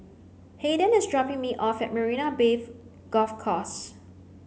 Haiden is dropping me off at Marina Bay Golf Course